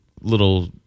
little